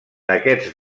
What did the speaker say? aquests